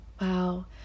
wow